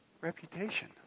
reputation